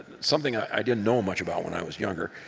something i didn't know much about when i was younger,